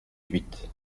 huit